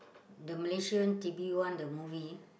the Malaysian t_v one the movie